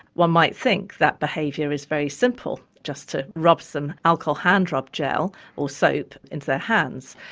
one might think that behaviour is very simple, just to rub some alcohol hand-rub gel or soap into their hands.